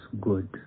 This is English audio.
good